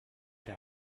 der